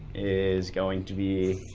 is going to be